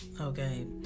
okay